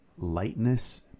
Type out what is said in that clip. lightness